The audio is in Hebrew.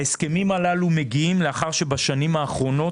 ההסכמים הללו מגיעים לאחר שבשנים האחרונות